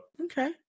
Okay